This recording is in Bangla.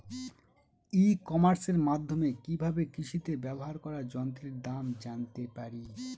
ই কমার্সের মাধ্যমে কি ভাবে কৃষিতে ব্যবহার করা যন্ত্রের দাম জানতে পারি?